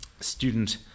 student